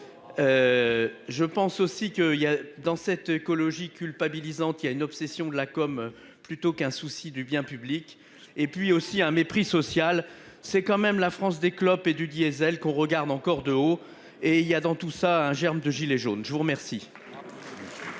Je pense aussi que il y a dans cette écologie culpabilisante. Il y a une obsession de la com. Plutôt qu'un souci du bien public et puis aussi un mépris social c'est quand même la France des clopes et du diésel qu'on regarde encore de haut et il y a dans tout ça, un germe de gilets jaunes, je vous remercie.